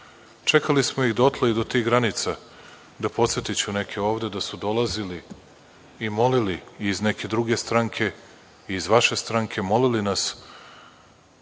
Čekali smo ih dotle i do tih granica, podsetiću neke ovde, da su dolazili i molili i iz neke druge stranke i iz vaše stranke, molili nas